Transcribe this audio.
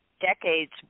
decades